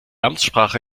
amtssprache